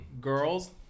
girls